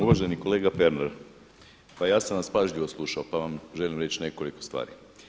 Uvaženi kolega Pernar, pa ja sam vas pažljivo slušao pa vam želim reći nekoliko stvari.